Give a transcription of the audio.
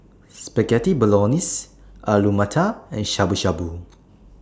Spaghetti Bolognese Alu Matar and Shabu Shabu